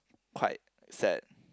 quite sad